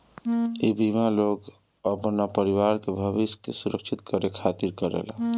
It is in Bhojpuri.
इ बीमा लोग अपना परिवार के भविष्य के सुरक्षित करे खातिर करेला